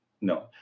No